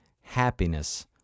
happiness